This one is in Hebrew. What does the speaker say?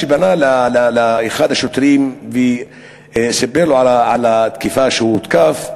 כשפנה לאחד השוטרים וסיפר לו על התקיפה שהוא הותקף,